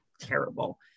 terrible